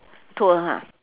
tour ah